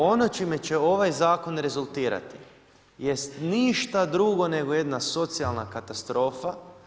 Ono čime će ovaj zakon rezultirati jest ništa drugo nego jedna socijalna katastrofa.